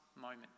moment